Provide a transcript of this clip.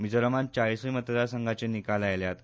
मिझोरामात चाळीसूंय मतदार संघाचे निकाल आयल्यात